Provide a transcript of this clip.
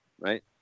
right